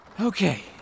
Okay